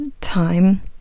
time